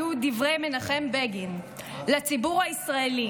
אלו היו דברי מנחם בגין לציבור הישראלי